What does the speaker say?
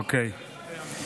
אוקיי.